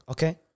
Okay